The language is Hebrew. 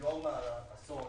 ביום האסון